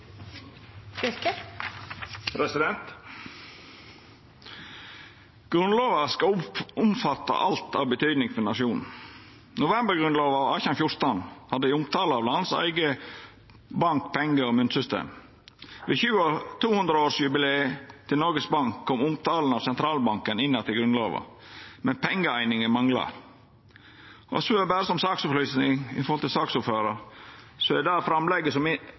Grunnlova skal omfatta alt av betyding for nasjonen. Novembergrunnlova av 1814 hadde ei omtale av landets eige bank-, penge og myntsystem. Ved 200-års jubileet til Noregs Bank kom omtala av sentralbanken inn att i Grunnlova, men pengeeininga mangla. Så, berre som ei saksopplysning til saksordføraren, er det forslaget som